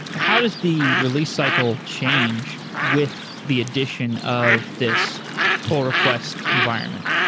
how does the release cycle change with the addition of this pull request environment?